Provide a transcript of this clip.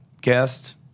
guest